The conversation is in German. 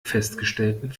festgestellten